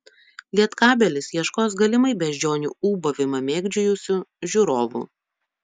lietkabelis ieškos galimai beždžionių ūbavimą mėgdžiojusių žiūrovų